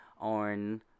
on